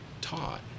taught